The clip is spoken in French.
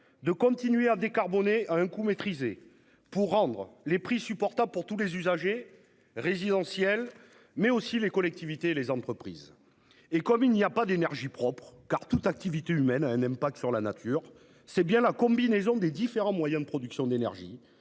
de continuer à décarboner à un coût maîtrisé pour rendre les prix supportable pour tous les usagers résidentiels mais aussi les collectivités, les entreprises et comme il n'y a pas d'énergies propres car toute activité humaine n'aime pas que sur la nature c'est bien la combinaison des différents moyens de production d'énergie